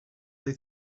they